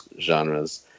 genres